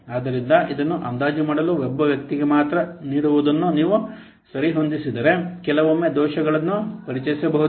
ಆದ್ದರಿಂದ ಇದನ್ನು ಅಂದಾಜು ಮಾಡಲು ಒಬ್ಬ ವ್ಯಕ್ತಿಗೆ ಮಾತ್ರ ನೀಡುವುದನ್ನು ನೀವು ಸರಿಹೊಂದಿಸಿದರೆ ಕೆಲವೊಮ್ಮೆ ದೋಷಗಳನ್ನು ಪರಿಚಯಿಸಬಹುದು